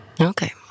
Okay